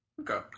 Okay